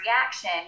reaction